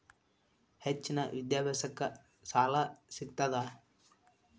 ಹೆಚ್ಚಿನ ವಿದ್ಯಾಭ್ಯಾಸಕ್ಕ ಸಾಲಾ ಸಿಗ್ತದಾ?